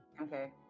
Okay